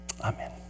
Amen